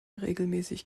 regelmäßig